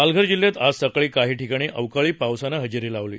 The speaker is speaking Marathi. पालघर जिल्ह्यात आज सकाळी काही ठिकाणी अवकाळी पावसानं हजेरी लावली